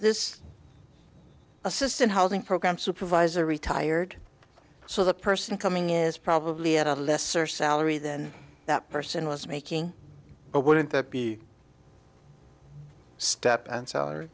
this assistant housing program supervisor retired so the person coming is probably at a lesser salary than that person was making but wouldn't that be a step and s